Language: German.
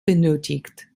benötigt